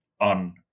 on